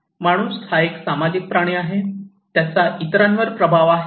माणूस हा एक सामाजिक प्राणी आहे त्याचा इतरांवर प्रभाव आहे